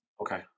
Okay